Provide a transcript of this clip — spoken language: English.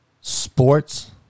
sports